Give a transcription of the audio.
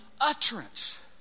utterance